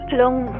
long